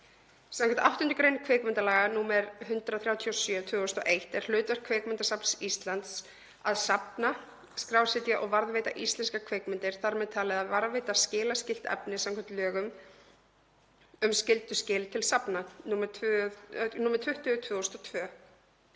Skv. 8. gr. kvikmyndalaga, nr. 137/2001, er hlutverk Kvikmyndasafns Íslands að safna, skrásetja og varðveita íslenskar kvikmyndir, þar með talið að varðveita skilaskylt efni samkvæmt lögum um skylduskil til safna, nr. 20/2002.